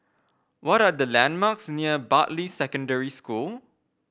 what are the landmarks near Bartley Secondary School